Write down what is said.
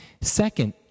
Second